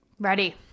Ready